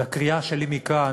אז הקריאה שלי מכאן